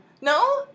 No